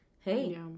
Hey